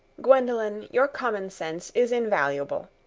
gwendolen, your common sense is invaluable.